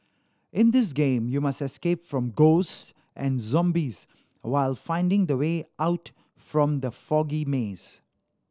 in this game you must escape from ghosts and zombies while finding the way out from the foggy maze